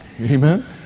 amen